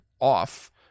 off